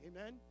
Amen